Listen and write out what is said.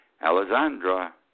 Alessandra